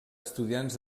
estudiants